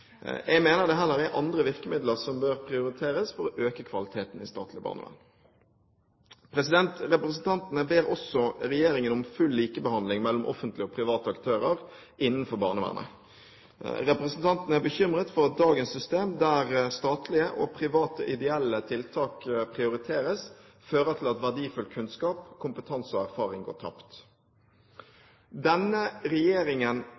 Jeg mener det heller er andre virkemidler som bør prioriteres for å øke kvaliteten i statlig barnevern. Representantene ber også regjeringen om full likebehandling mellom offentlige og private aktører innenfor barnevernet. Representantene er bekymret for at dagens system, der statlige og private ideelle tiltak prioriteres, fører til at verdifull kunnskap, kompetanse og erfaring går tapt. Denne regjeringen